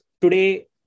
today